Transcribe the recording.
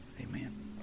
Amen